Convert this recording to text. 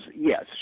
yes